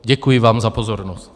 Děkuji vám za pozornost.